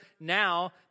now